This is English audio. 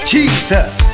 Jesus